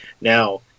Now